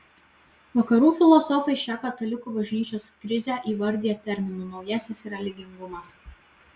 vakarų filosofai šią katalikų bažnyčios krizę įvardija terminu naujasis religingumas